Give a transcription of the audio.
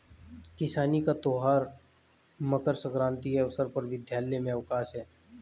किसानी का त्यौहार मकर सक्रांति के अवसर पर विद्यालय में अवकाश है